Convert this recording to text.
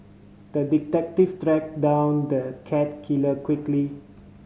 the detective tracked down the cat killer quickly